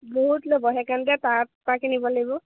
বহুত ল'ব সেইকাৰণে তাত পৰা কিনিব লাগিব